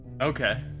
okay